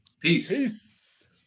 Peace